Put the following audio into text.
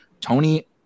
Tony